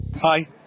Hi